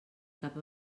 cap